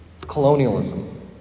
colonialism